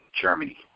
Germany